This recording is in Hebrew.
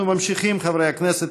אנחנו ממשיכים, חברי הכנסת.